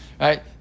right